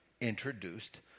introduced